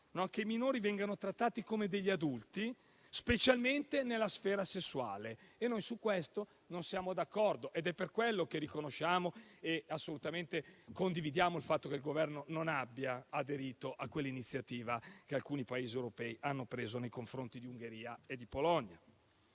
che i minori vengano trattati come adulti, specialmente nella sfera sessuale, e noi su questo non siamo d'accordo. Proprio per questo riconosciamo e assolutamente condividiamo il fatto che il Governo non abbia aderito a quell'iniziativa che alcuni Paesi europei hanno preso nei confronti dell'Ungheria e della Polonia.